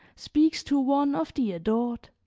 speaks to one of the adored.